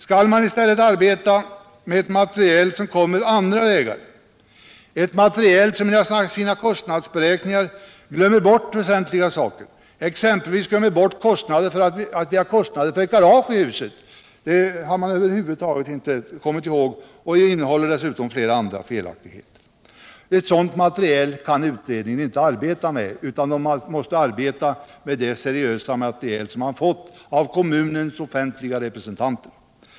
Skall man i stället arbeta med et material som kommer andra vägar, ett material som i sina kostnadsberäkningar glömmer bort väsentliga saker, t.ex. att vi har kostnader för ett garage? Detta har stencilförfattarna inte kommit ihåg, och de för också fram flera andra felaktigheter. En sådan här utredning måste arbeta med ett seriöst material. som i detta fall givits av kommunens offentliga representanter.